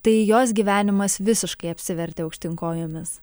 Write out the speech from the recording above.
tai jos gyvenimas visiškai apsivertė aukštyn kojomis